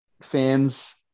fans